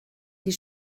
die